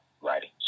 writing